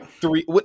three